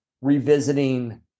revisiting